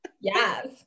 Yes